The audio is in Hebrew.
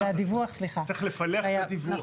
צריך לפלח את הדיווח.